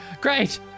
great